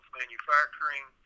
manufacturing